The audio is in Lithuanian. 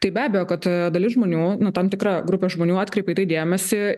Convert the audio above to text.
tai be abejo kad dalis žmonių nu tam tikra grupė žmonių atkreipė į tai dėmesį